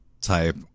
type